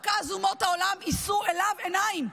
רק אז אומות העולם יישאו אליו עיניים.